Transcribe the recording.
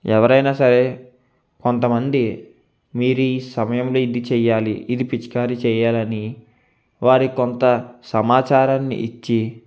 ఎవరైనా సరే కొంతమంది మీరు ఈ సమయంలో ఇది చేయాలి ఇది పిచికారి చేయాలని వారి కొంత సమాచారాన్ని ఇచ్చి